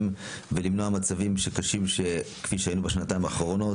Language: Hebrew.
ולמנוע מצבים קשים כפי שהיו בשנתיים האחרונות,